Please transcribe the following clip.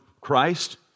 Christ